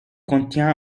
contient